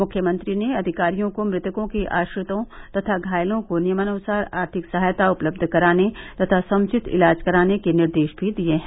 मुख्यमंत्री ने अधिकारियों को मृतकों के आश्रितों तथा घायलों को नियमानुसार आर्थिक सहायता उपलब्ध कराने तथा समुचित इलाज कराने के निर्देश भी दिये हैं